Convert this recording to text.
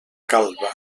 calba